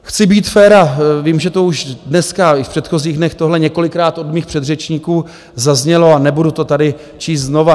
Chci být fér a vím, že to už dneska i v předchozích dnech několikrát od mých předřečníků zaznělo a nebudu to tady číst znova.